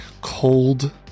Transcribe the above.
cold